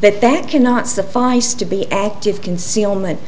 that that cannot suffice to be active concealment